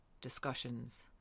discussions